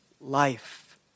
life